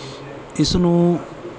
ਇਸ ਨੂੰ